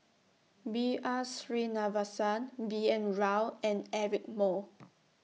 B R Sreenivasan B N Rao and Eric Moo